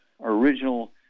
original